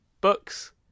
Books